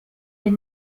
est